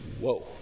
Whoa